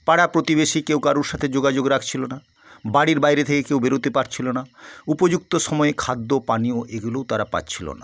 পাড়া প্রতিবেশী কেউ কারোর সাথে যোগাযোগ রাখছিলো না বাড়ির বাইরে থেকে কেউ বেরোতে পারছিলো না উপযুক্ত সময়ে খাদ্য পানীয় এগুলোও তারা পাচ্ছিলো না